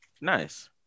Nice